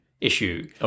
issue